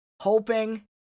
hoping